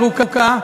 הארוכה?